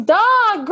dog